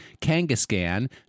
Kangaskhan